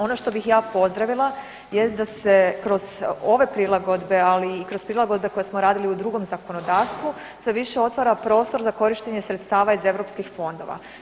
Ono što bih ja pozdravila jest da se kroz ove prilagodbe ali i kroz prilagodbe koje smo radili u drugom zakonodavstvu se više otvara prostor za korištenje sredstava iz europskih fondova.